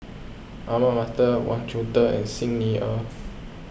Ahmad Mattar Wang Chunde and Xi Ni Er